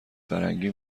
فرنگی